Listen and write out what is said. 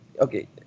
okay